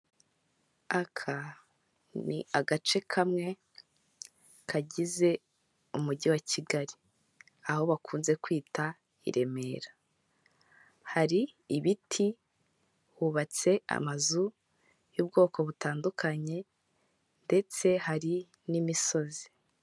Aka ni agace kamwe kagize umujyi wa Kigali, aho bakunze kwita i Remera. Hari ibiti, hubatse amazu y'ubwoko butandukanye ndetse hari n'imisozi.